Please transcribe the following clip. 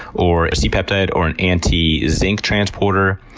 or a c-peptide or an anti-zinc transporter.